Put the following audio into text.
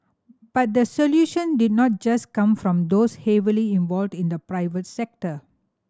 but the solution did not just come from those heavily involved in the private sector